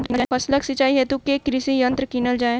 फसलक सिंचाई हेतु केँ कृषि यंत्र कीनल जाए?